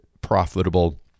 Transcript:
profitable